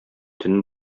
төн